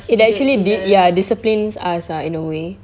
it actually dis~ ya disciplines us lah in a way